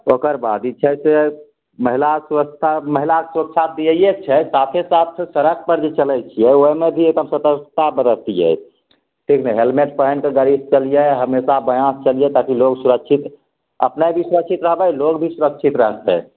ओकर बाद ई छै से महिला सुरक्षा महिलाके सुरक्षा दीयैके छै साथे साथ सड़क पर जे चलै छियै ओहिमे भी एकदम सतर्कता बरतिए ठीक ने हेलमेट पहिनके गाड़ी से चलिए हमेशा बायाँ से चलिए ताकि लोग सुरक्षित अपने भी सुरक्षित रहबै लोग भी सुरक्षित रहतै